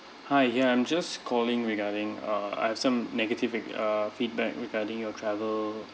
hi ya I'm just calling regarding err I have some negative feed uh feedback regarding your travel